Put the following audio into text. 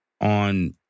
on